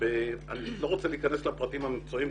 אני לא רוצה להיכנס לפרטים המקצועיים,